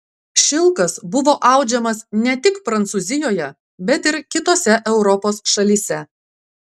šilkas buvo audžiamas ne tik prancūzijoje bet ir kitose europos šalyse